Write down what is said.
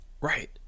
right